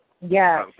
yes